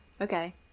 Okay